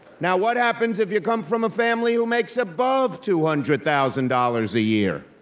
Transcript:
now, what happens if you come from a family who makes above two hundred thousand dollars a year?